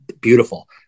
beautiful